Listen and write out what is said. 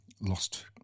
lost